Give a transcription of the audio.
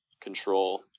control